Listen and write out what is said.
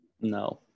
No